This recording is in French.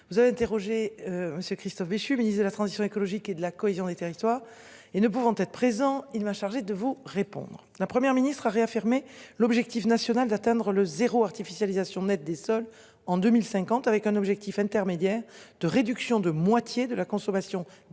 Vous avez interrogé. Monsieur Christophe Béchu, ministre de la transition écologique et de la cohésion des territoires et ne pouvant être présent il m'a chargé de vous répondre. La Première ministre a réaffirmé l'objectif national d'atteindre le zéro artificialisation nette des sols en 2050 avec un objectif intermédiaire de réduction de moitié de la consommation d'Hénaff